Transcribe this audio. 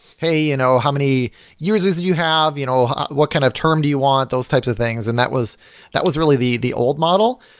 hey, you know how many uses do you have? you know what kind of term do you want? those types of things, and that was that was really the the old model.